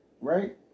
right